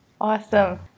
Awesome